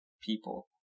people